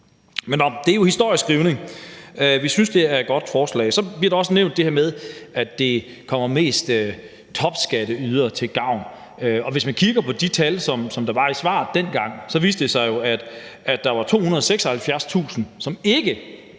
men det er jo historieskrivning. Vi synes, det er et godt forslag. Så bliver der også nævnt det her med, at det kommer mest topskatteydere til gavn. Og hvis man kigger på de tal, som der var i svaret dengang, viste det sig jo, at der var 276.000, som ikke